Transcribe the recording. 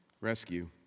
rescue